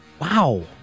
Wow